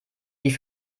die